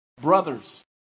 Brothers